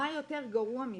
מה יותר גרוע מזה.